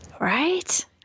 Right